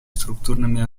структурными